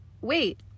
wait